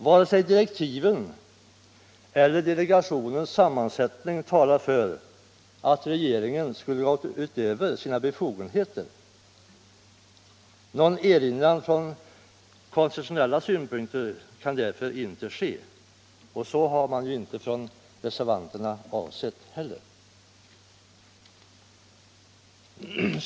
Varken direktiven eller delegationens sammansättning talar för att regeringen skulle ha gått utöver sina befogenheter. Någon erinran från konstitutionella synpunkter kan därför inte ske, och det har ju reservanterna inte heller avsett.